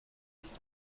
دیدیم